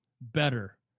better